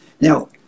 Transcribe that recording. Now